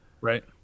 Right